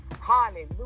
Hallelujah